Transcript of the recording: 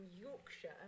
Yorkshire